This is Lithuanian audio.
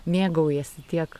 mėgaujasi tiek